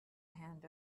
hand